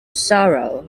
sorrow